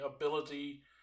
ability